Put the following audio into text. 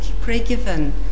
pre-given